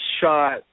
shot